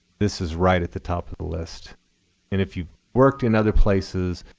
this is right at the top of the list. and if you've worked in other places,